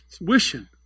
wishing